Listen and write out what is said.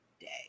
day